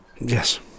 Yes